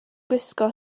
gwisgo